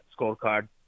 scorecard